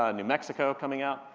ah new mexico coming out,